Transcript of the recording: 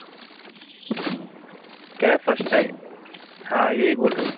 क्या है first time हाँ यही बोल रहे थे